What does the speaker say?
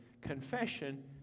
confession